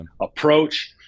approach